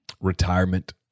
retirement